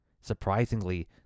Surprisingly